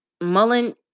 Mullen